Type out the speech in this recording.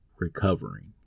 Recovering